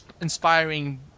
inspiring